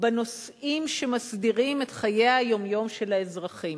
בנושאים שמסדירים את חיי היום-יום של האזרחים.